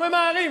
הם לא ממהרים.